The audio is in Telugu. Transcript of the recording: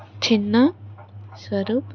చిన్నా స్వరూప్